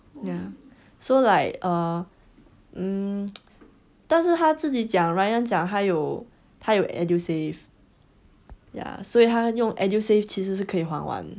ya so like err um 但是他自己讲 ryan 讲他有他有 edusave ya 所以他用 edusave 其实是可以还完